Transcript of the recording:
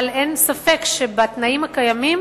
אבל אין ספק שבתנאים הקיימים,